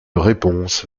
réponse